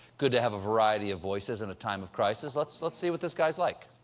good to have a variety of voices in a time of crisis. let's let's see what this guy's like.